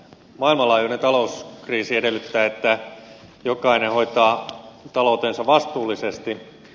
maailmanlaajuinen talouskriisi edellyttää että jokainen hoitaa taloutensa vastuullisesti